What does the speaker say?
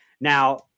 Now